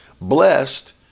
blessed